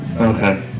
Okay